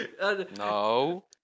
No